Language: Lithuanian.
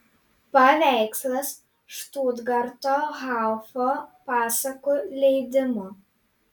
paveikslas štutgarto haufo pasakų leidimo